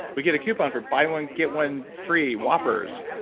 we get a coupon for buy one get one free whoppers,